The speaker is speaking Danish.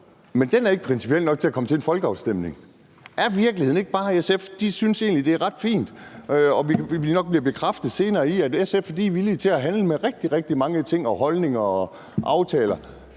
men den er ikke principiel nok til at komme til en folkeafstemning. Er virkeligheden ikke bare, at SF egentlig synes, at det er ret fint, og vi bliver nok bekræftet senere i, at SF er villige til at handle med rigtig, rigtig mange ting og holdninger og aftaler